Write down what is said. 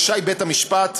רשאי בית-המשפט,